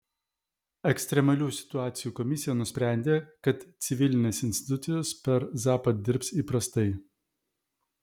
ekstremalių situacijų komisija nusprendė kad civilinės institucijos per zapad dirbs įprastai